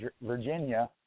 Virginia